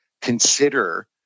consider